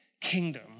kingdom